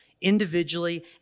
individually